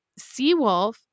Seawolf